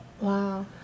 Wow